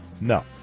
No